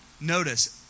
notice